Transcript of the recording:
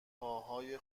پاهای